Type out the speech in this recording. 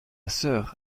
sœur